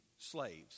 slaves